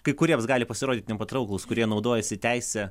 kai kuriems gali pasirodyt nepatrauklūs kurie naudojasi teise